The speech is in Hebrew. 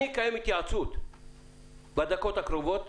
אקיים התייעצות בדקות הקרובות,